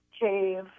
cave